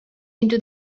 into